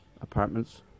apartments